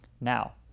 now